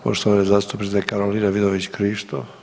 Poštovani zastupnica Karolina Vidović-Krišto.